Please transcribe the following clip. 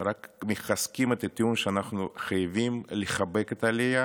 רק מחזקים את הטיעון שאנחנו חייבים לחבק את העלייה